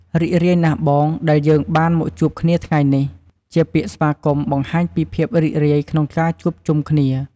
រីករាយណាស់បង ដែលយើងបានមកជួបគ្នាថ្ងៃនេះ ជាពាក្យស្វាគមន៍បង្ហាញពីភាពរីករាយក្នុងការជួបជុំគ្នា។